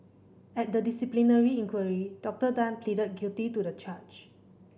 at the disciplinary inquiry Doctor Tan pleaded guilty to the charge